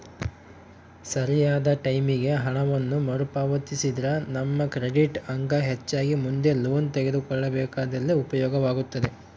ಸರಿಯಾದ ಟೈಮಿಗೆ ಹಣವನ್ನು ಮರುಪಾವತಿಸಿದ್ರ ನಮ್ಮ ಕ್ರೆಡಿಟ್ ಅಂಕ ಹೆಚ್ಚಾಗಿ ಮುಂದೆ ಲೋನ್ ತೆಗೆದುಕೊಳ್ಳಬೇಕಾದಲ್ಲಿ ಉಪಯೋಗವಾಗುತ್ತದೆ